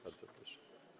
Bardzo proszę.